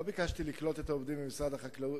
לא ביקשתי לקלוט את העובדים ממשרד החקלאות